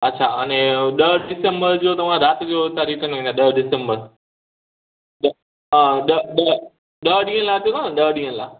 अछा अने ॾह दिसम्बर जो तव्हां राति जो तव्हां निकिरी वेंदा ॾह दिसम्बर हा ॾह ॾह ॾह ॾींहनि लाइ अचो था न ॾहनि ॾींहं लाइ